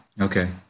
Okay